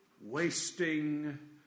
wasting